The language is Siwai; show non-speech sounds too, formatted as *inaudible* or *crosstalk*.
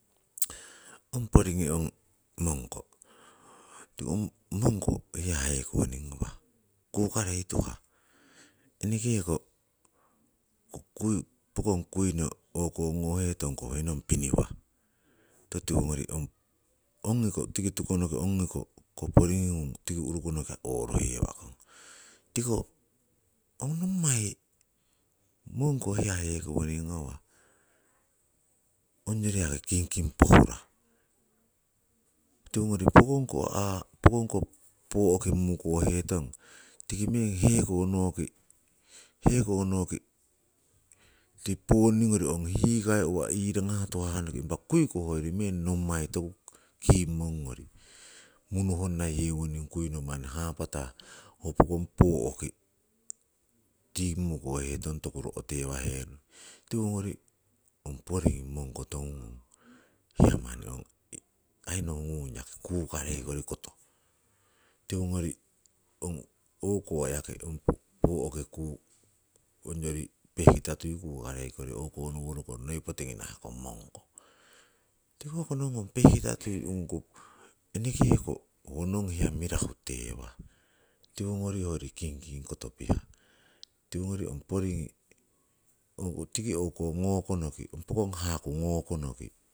Ong poringii, ong mongko, tiko ong mongko hiya hekowonin ngawah kukarei tuhah, eneke ko kui pokong kuino, o'ko ngohetong ho nong piniwah, toki tiwongori ong ongi ko tiki tukonoki ongi ko poringugun tiki urukonoki oruhewakong tiko ong nommai mongko hiya hekowoning ngawah, ongyori yaki kingking pohurah. Tiwogori pokong ko *hesitation* pokong ko pooki mukoheton tiki meng heko noki, heko noki ong tii ponni ngori ong hikai uwa irangah tuhah noki, impa kui ko hoyori meng nommai toku kimmong ngori, munu honna yewoning kui manni hapatah, ho pokong pooki tii mukohetong toku ro'tewaterong. Tiwongori ong poringii mongko tongung kong hiya manni ong, aii nohungung yaki kukarei kori koto. Tiwongori ong o'ko yaki pooki kuu onyori pehkita tui kukarei kori o'konoworokong noi potingi nahkong mongko. Tiko hoko nohugon pehkita tui ongko enekeko ho nong hiya mirahu tewah, tiwongori hoyori kingking koto pihah. Tiwongori ong poringii o'ko tiki ngokonoki, pokong hakuh ngokonoki.